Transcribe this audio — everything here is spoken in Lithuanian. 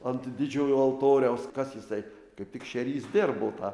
ant didžiojo altoriaus kas jisai kaip tik šerys dirbo tą